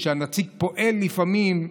כשהנציג פועל, לפעמים,